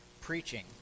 preaching